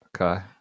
Okay